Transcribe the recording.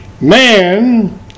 Man